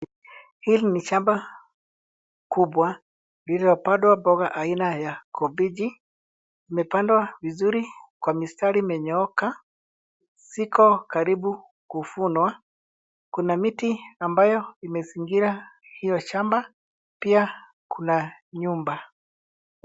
Hili ni shamba kubwa lililopandwa mboga aina ya kabeji. Imepandwa vizuri kwa mistari imenyooka. Ziko karibu kuvunwa. Kuna miti ambayo imezingira hiyo shamba. Pia kuna nyumba.